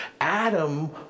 Adam